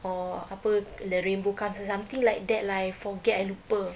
or apa the rainbow comes first something like that lah I forget I lupa